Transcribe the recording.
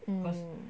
mm